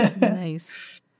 Nice